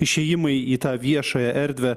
išėjimai į tą viešąją erdvę